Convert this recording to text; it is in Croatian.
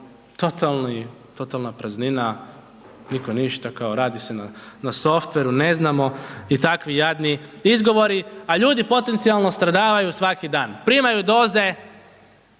totalna praznina, nitko ništa, kao radi se na softveru, ne znamo, i takvi jadni izgovori, a ljudi potencijalno stradavaju svaki dan. Primaju doze